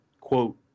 quote